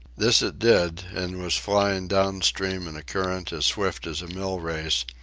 this it did, and was flying down-stream in a current as swift as a mill-race,